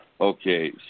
Okay